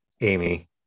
Amy